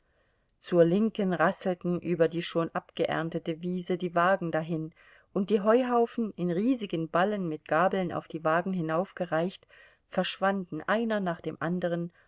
zur linken rasselten über die schon abgeerntete wiese die wagen dahin und die heuhaufen in riesigen ballen mit gabeln auf die wagen hinaufgereicht verschwanden einer nach dem andern